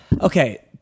Okay